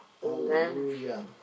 Hallelujah